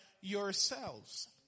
yourselves